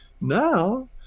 Now